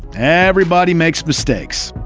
everybody makes mistakes!